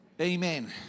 Amen